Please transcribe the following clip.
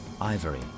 ivory